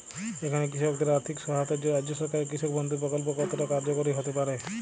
এখানে কৃষকদের আর্থিক সহায়তায় রাজ্য সরকারের কৃষক বন্ধু প্রক্ল্প কতটা কার্যকরী হতে পারে?